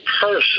person